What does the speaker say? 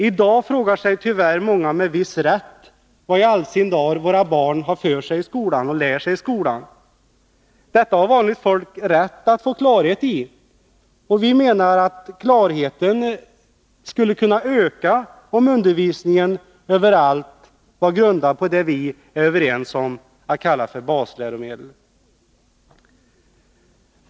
I dag frågar sig tyvärr många med viss rätt vad i all sin dar våra barn lär sig i skolan. Detta har vanligt folk rätt att få klarhet i, och vi menar att klarheten skulle kunna ökas om undervisningen överallt var grundad på det vi är överens om att kalla basläromedel.